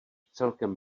celkem